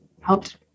helped